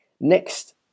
Next